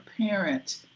parent